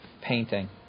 painting